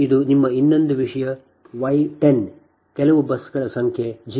ನಿಮ್ಮ ಇನ್ನೊಂದು ವಿಷಯ Y 10 ಕೆಲವು ಬಸ್ ಸಂಖ್ಯೆ 0